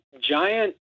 giant